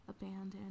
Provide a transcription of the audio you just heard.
abandoned